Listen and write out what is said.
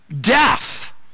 death